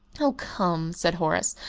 oh, come! said horace,